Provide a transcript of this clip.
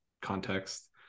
context